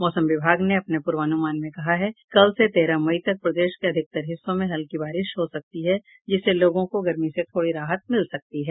मौसम विभाग ने अपने पूर्वानुमान में कहा है कि कल से तेरह मई तक प्रदेश के अधिकतर हिस्सों में हल्की बारिश हो सकती है जिससे लोगों को गर्मी से थोड़ी राहत मिल सकती है